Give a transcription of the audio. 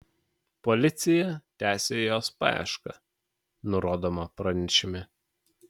policija tęsią jos paiešką nurodoma pranešime